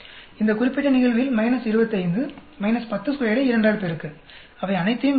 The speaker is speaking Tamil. இந்த குறிப்பிட்ட நிகழ்வில் 25 102 ஐ 2 ஆல் பெருக்க அவை அனைத்தையும் கூட்டலாம்